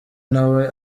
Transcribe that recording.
nawe